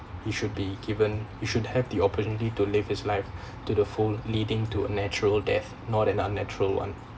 you should be given you should have the opportunity to live his life to the form leading to a natural death not an unnatural one